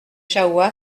jahoua